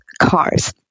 cars